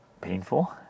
painful